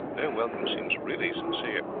their welcome seemed really sincere.